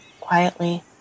Quietly